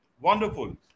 Wonderful